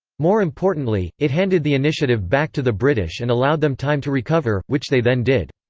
more importantly, it handed the initiative back to the british and allowed them time to recover, which they then did.